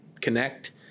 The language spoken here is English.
connect